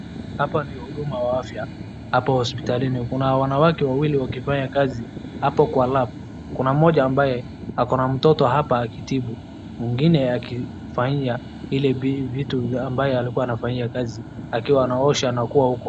Hapa ni huduma wa afya. Hapa hospitalini kuna wanawake wawili wakifanya kazi hapo kwa lab .Kuna mmoja ambaye ako na mtoto hapa akitibu. Mwingine akifanya ile vitu ambaye alikua anafanyia kazi akiwa anaosha na kuwa huko.